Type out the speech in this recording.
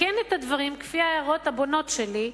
תקן את הדברים על-פי ההערות הבונות שלי,